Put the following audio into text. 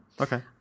Okay